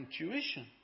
intuition